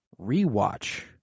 rewatch